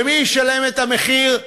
ומי ישלם את המחיר?